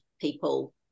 people